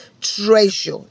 treasure